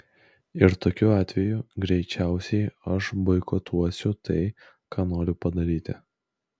ir tokiu atveju greičiausiai aš boikotuosiu tai ką noriu padaryti